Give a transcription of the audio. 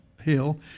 Hill